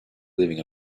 leaving